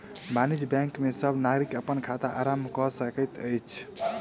वाणिज्य बैंक में सब नागरिक अपन खाता आरम्भ कय सकैत अछि